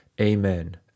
amen